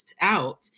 out